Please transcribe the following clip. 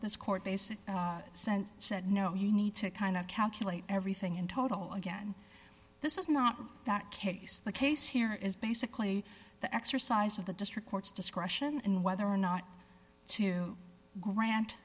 this court basically sent said no you need to kind of calculate everything in total again this is not that case the case here is basically the exercise of the district court's discretion in whether or not to grant